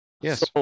Yes